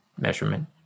measurement